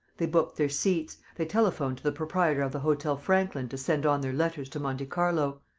they booked their seats. they telephoned to the proprietor of the hotel franklin to send on their letters to monte carlo.